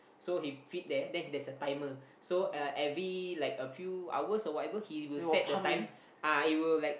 so he feed there then there's a timer so uh every like a few hours or whatever he will set the time ah it will like